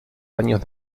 años